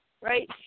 right